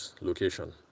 location